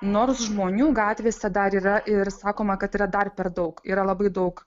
nors žmonių gatvėse dar yra ir sakoma kad yra dar per daug yra labai daug